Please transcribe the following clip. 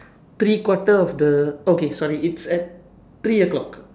three quarter of the okay sorry it's at three o-clock